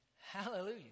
Hallelujah